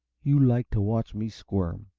you liked to watch me squirm!